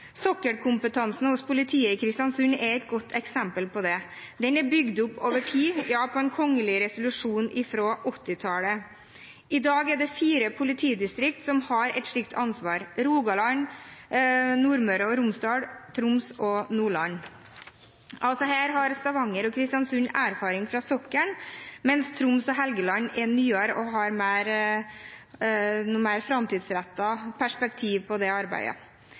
Sokkelkompetansen hos politiet i Kristiansund er et godt eksempel på det. Den er bygd opp over tid – ja, på en kgl. resolusjon fra 1980-tallet. I dag er det fire politidistrikt som har et slikt ansvar: Rogaland, Nordmøre og Romsdal, Troms og Nordland. Stavanger og Kristiansund har altså erfaring fra sokkel, mens Troms og Helgeland er nyere og har mer framtidsrettet perspektiv på det arbeidet.